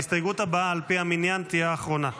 ההסתייגות הבאה, על פי המניין, תהיה אחרונה.